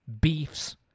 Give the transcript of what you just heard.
beefs